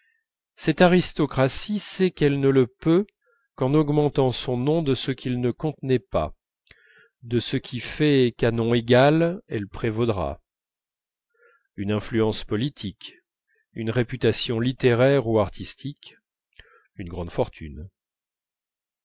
cette aristocratie sait qu'elle ne le peut qu'en augmentant son nom de ce qu'il ne contenait pas de ce qui fait qu'à nom égal elle prévaudra une influence politique une réputation littéraire ou artistique une grande fortune